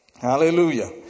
Hallelujah